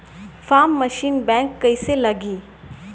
Form machine बैक कईसे लागी?